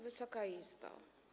Wysoka Izbo!